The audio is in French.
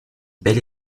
bel